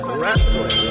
wrestling